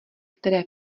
které